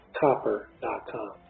copper.com